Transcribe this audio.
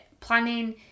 planning